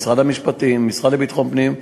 משרד המשפטים והמשרד לביטחון פנים.